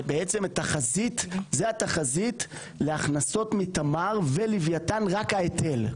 זה התחזית להכנסות מתמר ולווייתן, רק ההיטל.